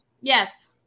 Yes